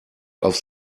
auf